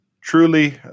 truly